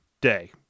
day